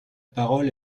parole